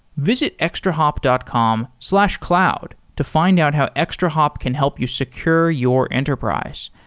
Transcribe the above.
visit extrahop dot com slash cloud to find out how extrahop can help you secure your enterprise.